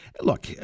look